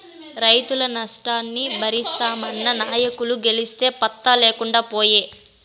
రైతుల నష్టాన్ని బరిస్తామన్న నాయకులు గెలిసి పత్తా లేకుండా పాయే